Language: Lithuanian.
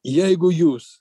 jeigu jūs